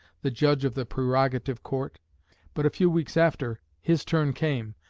the judge of the prerogative court but a few weeks after his turn came,